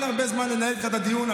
אין הרבה זמן לנהל איתך את הדיון,